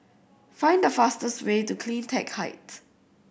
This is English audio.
find the fastest way to Cleantech Height